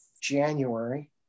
January